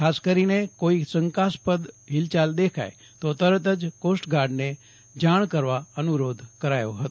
ખાસ કરીને કોઇ શંકાસ્પદ હિલચાલ દેખાય તો તરત જ કોસ્ટગાર્ડને જાણ કરવાય અનુરોધ કરાયો હતો